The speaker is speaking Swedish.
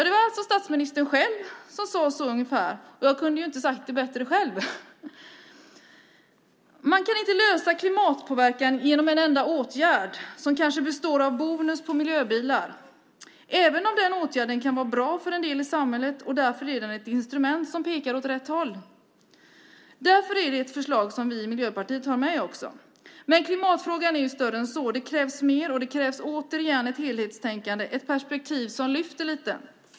Det var alltså statsministern själv som sade så ungefär. Jag kunde inte ha sagt det bättre själv. Man kan inte lösa klimatpåverkan genom en enda åtgärd som kanske består av bonus på miljöbilar, även om den åtgärden kan vara bra för en del i samhället. Därför är den ett instrument som pekar åt rätt håll, och därför är det ett förslag som vi i Miljöpartiet har med också. Men klimatfrågan är större än så. Det krävs mer, och det krävs återigen ett helhetstänkande, ett perspektiv som lyfter lite.